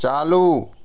चालू